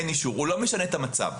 אין אישור - לא משנה את המצב.